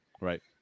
Right